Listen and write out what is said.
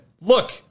look